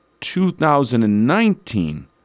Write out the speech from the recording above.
2019